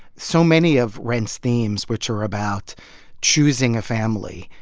so many of rent's themes which are about choosing a family,